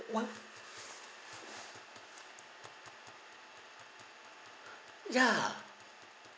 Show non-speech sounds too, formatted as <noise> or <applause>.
what <breath> ya